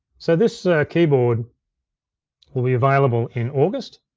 so this keyboard will be available in august.